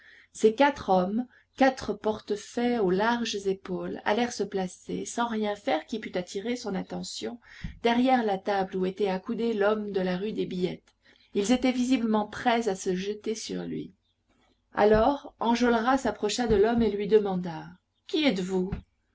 ces quatre hommes quatre portefaix aux larges épaules allèrent se placer sans rien faire qui pût attirer son attention derrière la table où était accoudé l'homme de la rue des billettes ils étaient visiblement prêts à se jeter sur lui alors enjolras s'approcha de l'homme et lui demanda qui êtes-vous